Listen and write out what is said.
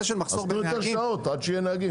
תנו יותר שעות עד שיהיו נהגים.